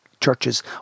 churches